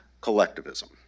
collectivism